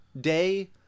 day